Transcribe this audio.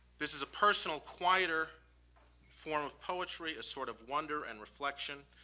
this is a personal quieter form of poetry, a sort of wonder and reflection.